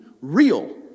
real